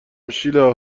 شیلا